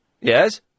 Yes